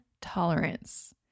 tolerance